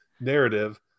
narrative